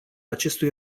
acestui